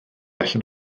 allan